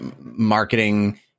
marketing